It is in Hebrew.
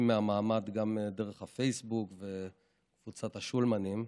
מהמעמד גם דרך הפייסבוק וקבוצת השולמנים,